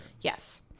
yes